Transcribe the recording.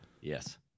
Yes